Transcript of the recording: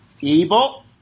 evil